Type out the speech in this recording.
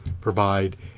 provide